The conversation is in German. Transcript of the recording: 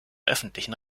öffentlichen